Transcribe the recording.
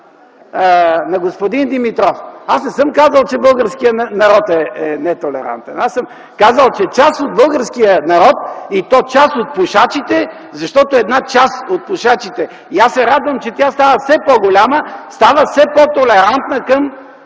няма. Господин Димитров, не съм казал, че българският народ е нетолерантен. Аз казах, че част от българския народ и то част от пушачите, защото една част от пушачите – радвам се, че тя става все по-голяма, става все по-толерантна към